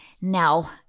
Now